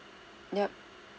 yup